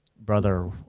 brother